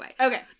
Okay